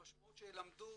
המשמעות שילמדו